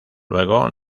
luego